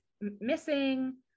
missing